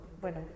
bueno